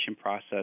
process